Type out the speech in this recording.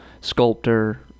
sculptor